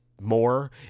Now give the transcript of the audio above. More